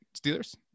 Steelers